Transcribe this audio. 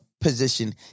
position